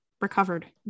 recovered